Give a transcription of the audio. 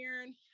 iron